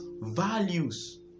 values